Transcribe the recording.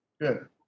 Good